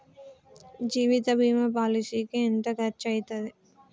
జీవిత బీమా పాలసీకి ఎంత ఖర్చయితది?